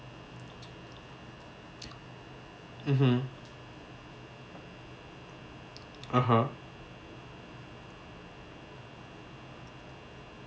mmhmm (uh huh)